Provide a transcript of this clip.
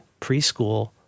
preschool